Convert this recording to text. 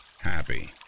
happy